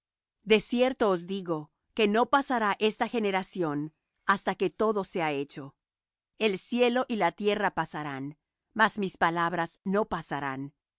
cierto os digo que no pasará esta generación hasta que todo sea hecho el cielo y la tierra pasarán mas mis palabras no pasarán